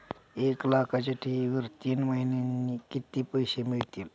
एक लाखाच्या ठेवीवर तीन महिन्यांनी किती पैसे मिळतील?